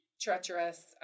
treacherous